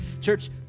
Church